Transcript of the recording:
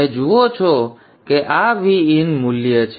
તેથી તમે જુઓ છો કે આ Vin મૂલ્ય છે